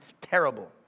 Terrible